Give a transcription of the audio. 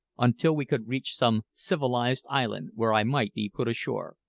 until we could reach some civilised island where i might be put ashore.